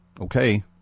Okay